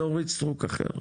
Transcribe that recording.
זו אורית סטרוק אחרת,